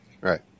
Right